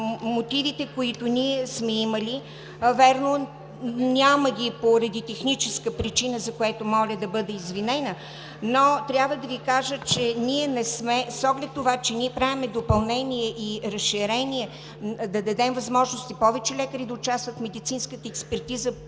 мотивите, които ние сме имали – вярно, няма ги поради техническа причина, за което моля да бъда извинена, но трябва да Ви кажа, че с оглед на това, че ние правим допълнение и разширение – да дадем възможности повече лекари да участват в медицинската експертиза